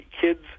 kids